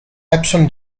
epsom